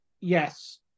yes